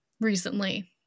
recently